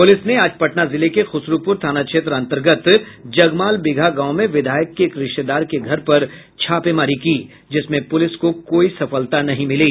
police ने आज पटना जिले के खुसरूपुर थाना क्षेत्र अंतर्गत जगमाल बिगहा गांव में विधायक के एक रिश्तेदार के घर पर छापेमारी की जिसमें पुलिस को कोई सफलता नहीं मिली